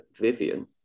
Vivian